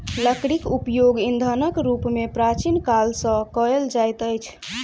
लकड़ीक उपयोग ईंधनक रूप मे प्राचीन काल सॅ कएल जाइत अछि